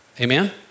Amen